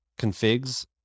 configs